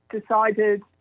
decided